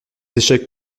échecs